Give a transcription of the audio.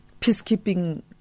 peacekeeping